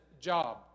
job